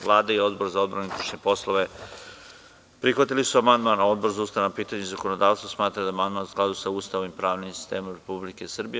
Vlada i Odbor za odbranu i unutrašnje poslove prihvatili su amandman, a Odbor za ustavna pitanja i zakonodavstvo smatra da je amandmanu skladu sa Ustavom i pravnim sistemom Republike Srbije.